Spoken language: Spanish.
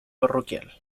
parroquial